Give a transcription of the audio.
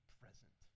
present